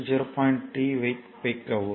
3 வினாடி வைக்கவும்